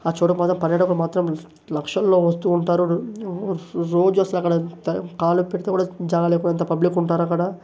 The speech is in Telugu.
ఆ చోటు మాత్రం పర్యాటకులు మాత్రం లక్షల్లో వస్తూ ఉంటారు రోజు వస్తారు అక్కడ కాలు పెడితే కూడా జాగా లేనంత పబ్లిక్ ఉంటారక్కడ